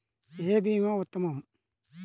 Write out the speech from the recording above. ఏ భీమా ఉత్తమము?